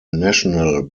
national